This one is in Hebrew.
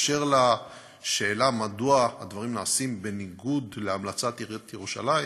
באשר לשאלה מדוע הדברים נעשים בניגוד להמלצת עיריית ירושלים,